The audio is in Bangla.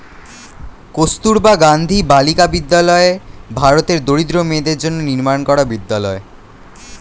কস্তুরবা গান্ধী বালিকা বিদ্যালয় ভারতের দরিদ্র মেয়েদের জন্য নির্মাণ করা বিদ্যালয়